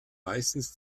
meistens